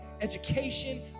education